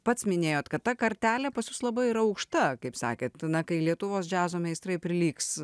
pats minėjote kad ta kartelė pas jus labai aukšta kaip sakė tada kai lietuvos džiazo meistrai prilygs